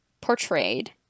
portrayed